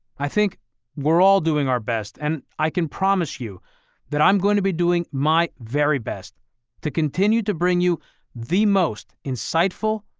i think we're all doing our best and i can promise you that i'm going to be doing my very best to continue to bring you the most insightful,